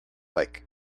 like